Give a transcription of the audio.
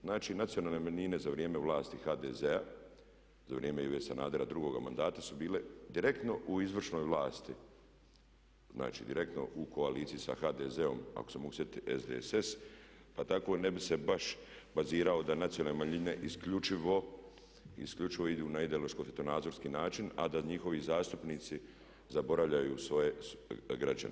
Znači, nacionalne manjine za vrijeme vlasti HDZ-a, za vrijeme Ive Sanadera drugog mandata su bile direktno u izvršnoj vlasti, znači direktno u koaliciji sa HDZ-om ako se mogu sjetiti SDSS pa tako ne bih se baš bazirao da nacionalne manjine isključivo idu na ideološko svjetonazorski način, a da njihovi zastupnici zaboravljaju svoje građane.